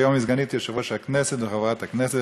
היום היא סגנית יושב-ראש הכנסת וחברת הכנסת,